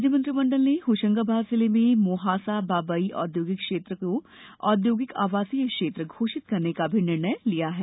राज्य मंत्रिमंडल ने होशंगाबाद जिले में मोहासा बाबई औद्योगिक क्षेत्र को औद्योगिक आवासीय क्षेत्र घोषित करने का भी निर्णय किया है